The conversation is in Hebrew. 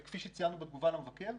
וכפי שציינו בתגובה למבקר,